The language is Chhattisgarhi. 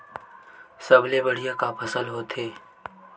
सबले बढ़िया फसल का होथे?